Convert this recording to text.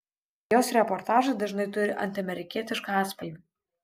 jos reportažai dažnai turi antiamerikietišką atspalvį